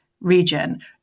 region